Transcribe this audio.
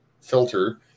filter